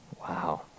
Wow